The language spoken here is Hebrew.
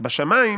בשמיים